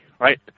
right